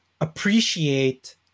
appreciate